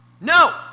No